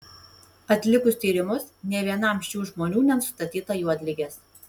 atlikus tyrimus nė vienam šių žmonių nenustatyta juodligės